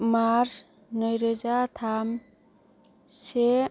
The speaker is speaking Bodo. मार्च नैरोजा थाम से